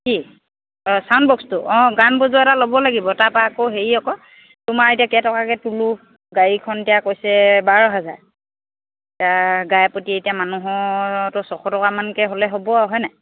কি অঁ ছাউণ্ড বক্সটো অঁ গান বজোৱা এটা ল'ব লাগিব তাৰপৰা আকৌ হেৰি আকৌ তোমাৰ এতিয়া কেইটকাকৈ তোলোঁ গাড়ীখন এতিয়া কৈছে বাৰ হাজাৰ এয়া গাইপতি এতিয়া মানুহৰতো ছশ টকামানকৈ হ'লে হ'ব আৰু হয়নে